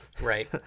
Right